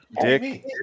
Dick